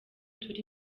turi